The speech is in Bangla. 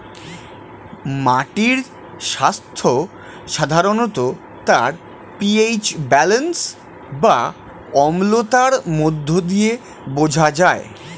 মাটির স্বাস্থ্য সাধারণত তার পি.এইচ ব্যালেন্স বা অম্লতার মধ্য দিয়ে বোঝা যায়